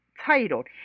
titled